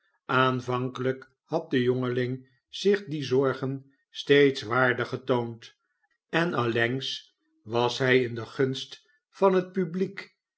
aanvankelijk had de jongeling zich die zorgen steeds waardig getoond en allengs was hij in de gunst van het publiek